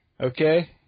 Okay